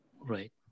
Right